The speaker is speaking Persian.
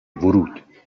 ورود